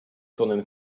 tonem